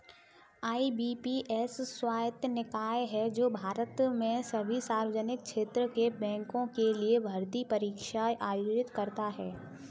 IBPS स्वायत्त निकाय है जो भारत में सभी सार्वजनिक क्षेत्र के बैंकों के लिए भर्ती परीक्षा आयोजित करता है